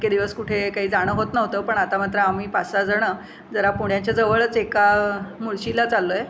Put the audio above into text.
इतके दिवस कुठे काही जाणं होत नव्हतं पण आता मात्र आम्ही पाच सहा जणं जरा पुण्याच्याजवळच एका मुळशीला चाललोय